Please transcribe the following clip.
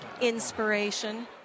inspiration